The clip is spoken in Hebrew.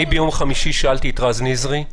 ביום חמישי בשעה 12:30 בלילה שאלתי את רז נזרי.